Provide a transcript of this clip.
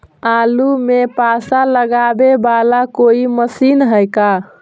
आलू मे पासा लगाबे बाला कोइ मशीन है का?